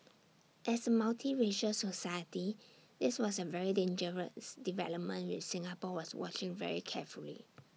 as A multiracial society this was A very dangerous development which Singapore was watching very carefully